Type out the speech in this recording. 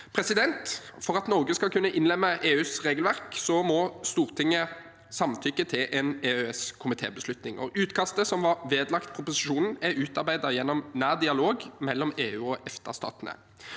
næringen. For at Norge skal kunne innlemme EUs regelverk, må Stortinget samtykke til en EØS-komitébeslutning. Utkastet som var vedlagt proposisjonen, er utarbeidet gjennom nær dialog mellom EU- og EFTA-statene.